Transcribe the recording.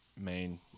main